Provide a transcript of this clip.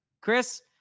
Chris